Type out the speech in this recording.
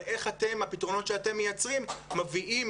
איך אתם והפתרונות שאתם מייצרים מביאים